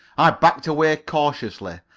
i backed away cautiously,